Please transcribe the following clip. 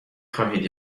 خواهید